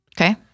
Okay